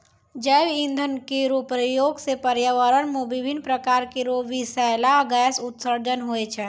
जैव इंधन केरो प्रयोग सँ पर्यावरण म विभिन्न प्रकार केरो बिसैला गैस उत्सर्जन होय छै